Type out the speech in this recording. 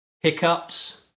hiccups